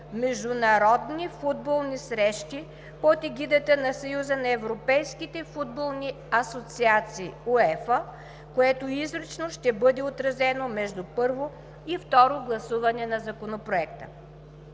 международни футболни срещи под егидата на Съюза на европейските футболни асоциации – УЕФА, което изрично ще бъде отразено между първо и второ гласуване на Законопроекта.